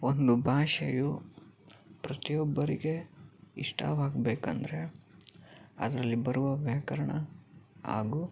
ಒಂದು ಭಾಷೆಯು ಪ್ರತಿಯೊಬ್ಬರಿಗೆ ಇಷ್ಟವಾಗಬೇಕಂದ್ರೆ ಅದರಲ್ಲಿ ಬರುವ ವ್ಯಾಕರಣ ಹಾಗೂ